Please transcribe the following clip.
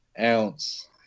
ounce